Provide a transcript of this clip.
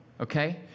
Okay